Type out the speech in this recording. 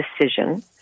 decision